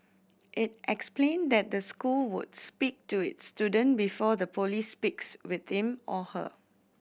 it explained that the school would speak to its student before the police speaks with him or her